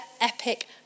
epic